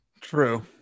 True